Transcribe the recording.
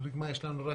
לדוגמה יש רק,